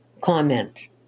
comment